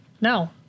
no